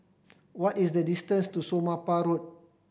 what is the distance to Somapah Road